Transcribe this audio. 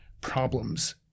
problems